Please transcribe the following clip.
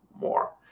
more